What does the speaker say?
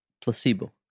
placebo